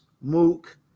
Mook